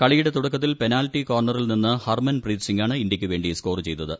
കളിയുടെ തുടക്കത്തിൽ പെനാൽറ്റി കോർണറിൽ നിന്ന് ഹർമൻ പ്രീത് സിങാണ് ഇന്ത്യയ്ക്ക് വേണ്ടി സ്കോർ ചെയ്തത്